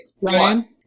Ryan